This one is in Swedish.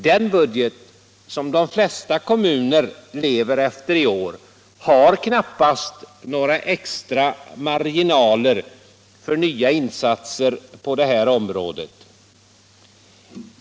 Den budget som de flesta kommuner lever efter i år har knappast några extra marginaler för nya insatser på det här området.